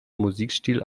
musikstil